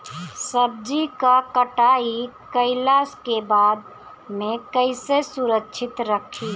सब्जी क कटाई कईला के बाद में कईसे सुरक्षित रखीं?